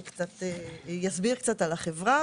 אני אסביר קצת על החברה.